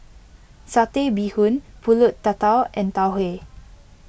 Satay Bee Hoon Pulut Tatal and Tau Huay